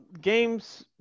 games